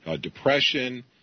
depression